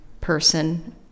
person